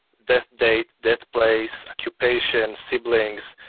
death date, death place, occupation, siblings.